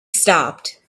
stopped